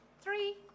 three